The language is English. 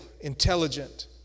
intelligent